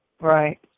Right